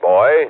Boy